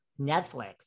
Netflix